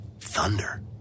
Thunder